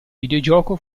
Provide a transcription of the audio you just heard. videogioco